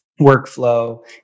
workflow